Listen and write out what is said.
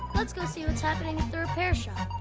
let's go see what's happening at the repair shop.